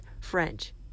French